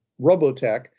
Robotech